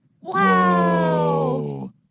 Wow